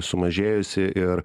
sumažėjusi ir